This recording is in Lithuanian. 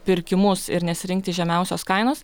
pirkimus ir nesirinkti žemiausios kainos